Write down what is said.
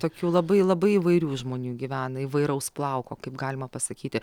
tokių labai labai įvairių žmonių gyvena įvairaus plauko kaip galima pasakyti